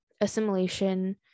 assimilation